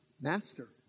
Master